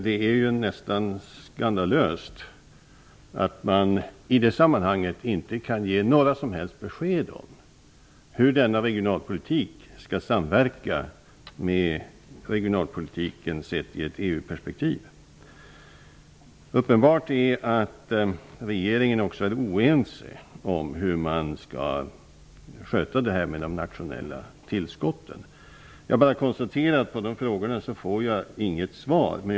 Det är nästan skandalöst att man i det sammanhanget inte kan ge några som helst besked om hur denna reionalpolitik skall samverka med regionalpolitiken sett ur ett EU-perspektiv. Uppenbart är att regeringen också är oense om hur man skall sköta detta med de nationella tillskotten. Jag konstaterar att jag inte får något svar på de frågorna.